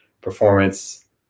performance